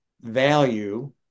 value